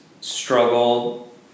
struggle